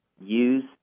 use